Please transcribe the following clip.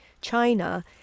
China